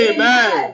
Amen